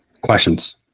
Questions